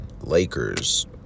lakers